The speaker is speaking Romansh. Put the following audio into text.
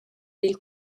dil